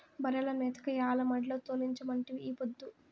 బర్రెల మేతకై ఆల మడిలో తోలించమంటిరి ఈ పొద్దు